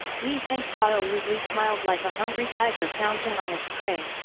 li pengtao lewdly smiled like a hungry tiger pouncing on its prey,